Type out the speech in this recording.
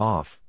Off